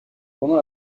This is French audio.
pendant